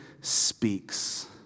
speaks